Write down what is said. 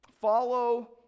follow